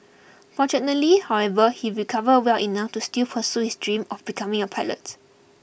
fortunately however he recovered well enough to still pursue his dream of becoming a pilot